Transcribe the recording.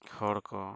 ᱦᱚᱲᱠᱚ